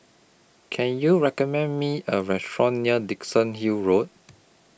Can YOU recommend Me A Restaurant near Dickenson Hill Road